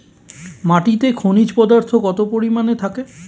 মাটিতে খনিজ পদার্থ কত পরিমাণে থাকে?